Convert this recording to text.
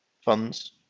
funds